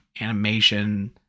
animation